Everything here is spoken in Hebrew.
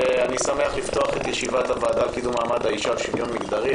אני שמח לפתוח את ישיבת הוועדה לקידום מעמד האישה ולשוויון מגדרי.